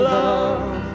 love